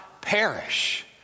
perish